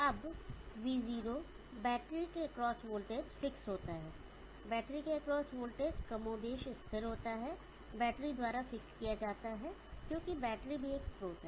अब v0 battery के across voltage fix होता है बैटरी के एक्रॉस वोल्टेज कमोबेश स्थिर होता है बैटरी द्वारा फिक्स किया जाता है क्योंकि बैटरी भी एक स्रोत है